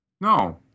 No